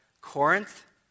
Corinth